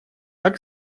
так